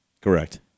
Correct